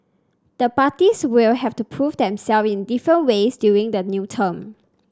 the parties will have to prove themselves in different ways during the new term